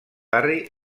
barri